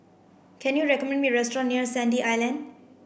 can you recommend me a restaurant near Sandy Island